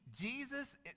Jesus